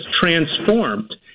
transformed